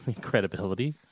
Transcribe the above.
credibility